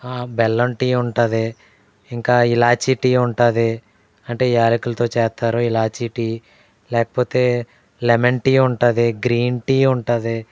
బెల్లం టీ ఉంటాది ఇంకా ఇలాచీ టీ ఉంటాది అంటే యాలుకలతో చేస్తారు ఇలాచీ టీ లేకపోతే లెమన్ టీ ఉంటాది గ్రీన్ టీ ఉంటాది